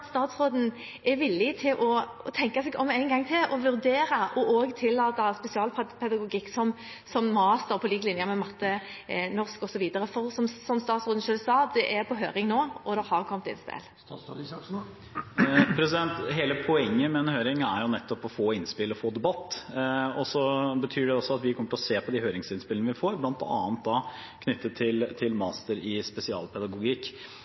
vurdere å tillate spesialpedagogikk som master, på lik linje med matte, norsk osv.? For som statsråden selv sa, det er på høring nå, og det har kommet innspill. Hele poenget med en høring er jo nettopp å få innspill og få debatt. Det betyr også at vi kommer til å se på de høringsinnspillene vi får, bl.a. knyttet til master i spesialpedagogikk.